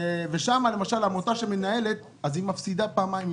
שם למשל עמותה שמנהלת מפסידה פעמיים,